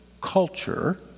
culture